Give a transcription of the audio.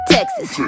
Texas